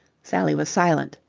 sally was silent.